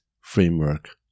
framework